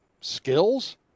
skills